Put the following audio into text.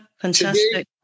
Fantastic